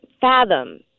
fathom